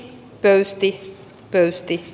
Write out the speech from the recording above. pöysti pöysti